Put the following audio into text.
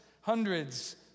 hundreds